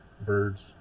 birds